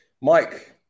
Mike